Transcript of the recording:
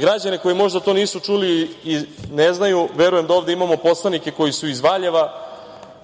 građane koji možda to nisu čuli i ne znaju, verujem da ovde imamo poslanike koji su iz Valjeva,